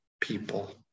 people